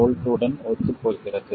7 V உடன் ஒத்துப்போகிறது